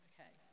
Okay